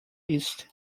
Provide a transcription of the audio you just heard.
east